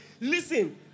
Listen